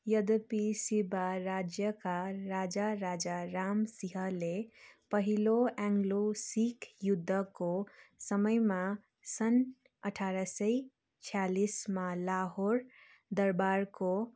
यद्यपि शिवा राज्यका राजा राजा राम सिंहले पहिलो एङ्गलो सिख युद्धको समयमा सन् अठार सय छ्यालिसमा लाहोर दरबारको